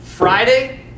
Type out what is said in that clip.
Friday